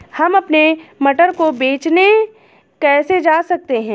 हम अपने मटर को बेचने कैसे जा सकते हैं?